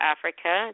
Africa